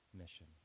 mission